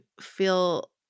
feel